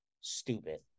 stupid